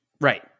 Right